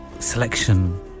selection